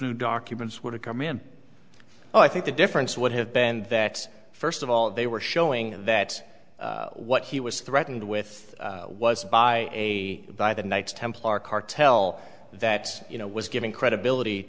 new documents would have come in i think the difference would have banned that first of all they were showing that what he was threatened with was by a by the knights templar cartel that you know was giving credibility